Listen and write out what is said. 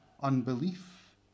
unbelief